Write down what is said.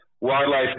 wildlife